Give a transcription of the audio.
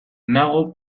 nago